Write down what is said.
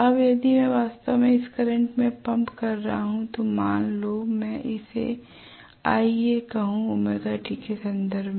अब यदि मैं वास्तव में इस करंट में पंप कर रहा हूं तो मान लो मैं इसे Ia कहूं ωt के सन्दर्भ में